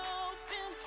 open